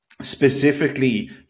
specifically